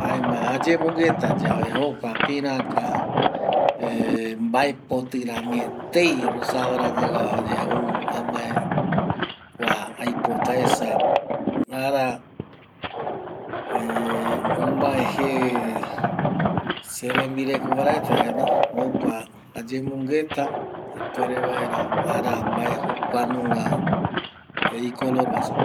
Jaema ayemongueta jokua piraka mbaepoti rami etei rosado rangaguava ou amae kua aipotaesa omae je serenvireko paraete jukurei aymongueta ipuere vaera ara omae jokuanunga y color va supe.